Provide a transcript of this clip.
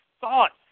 thoughts